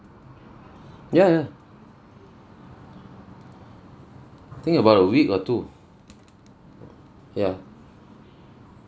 ya ya think about a week or two ya